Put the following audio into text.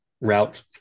route